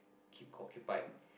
keep occupied